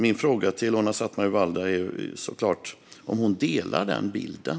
Min fråga till Ilona Szatmári Waldau är såklart om hon delar den bilden.